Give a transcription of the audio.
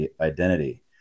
identity